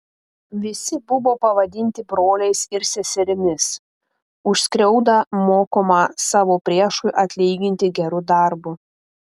visi buvo pavadinti broliais ir seserimis už skriaudą mokoma savo priešui atlyginti geru darbu